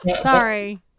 Sorry